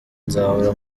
nzahora